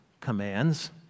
commands